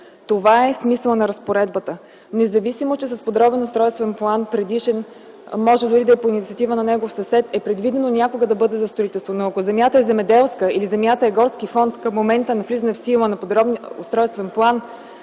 Това е смисълът на разпоредбата. Независимо, че с предишен подробен устройствен план, може дори да е по инициатива на негов съсед, е предвидено някога да бъде за строителство. Но ако земята е земеделска или е горски фонд към момента на влизане в сила на подробния устройствен план